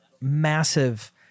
massive